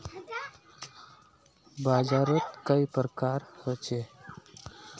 बाजार त कई प्रकार होचे?